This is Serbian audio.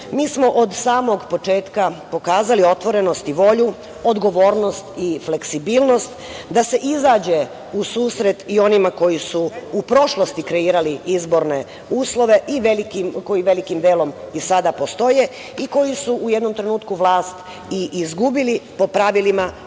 mi smo od samog početka pokazali otvorenost i volju, odgovornost i fleksibilnost, da se izađe u susret i onima koji su u prošlosti kreirali izborne uslove i koji velikim delom i sada postoje i koji su u jednom trenutku vlast i izgubili po pravilima